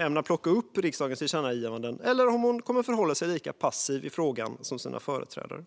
ämnar plocka upp riksdagens tillkännagivanden eller om hon kommer att förhålla sig lika passiv i frågan som sina företrädare.